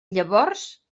llavors